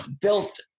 built